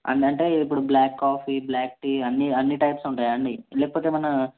అంటే ఇప్పుడు black coffee black tea అన్ని అన్ని టైప్స్ ఉంటాయా అండి లేకపోతే ఏమన్నా